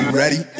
ready